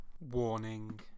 Warning